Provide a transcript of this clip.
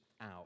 out